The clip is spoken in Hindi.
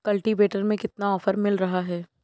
कल्टीवेटर में कितना ऑफर मिल रहा है?